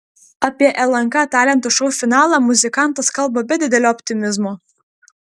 apie lnk talentų šou finalą muzikantas kalba be didelio optimizmo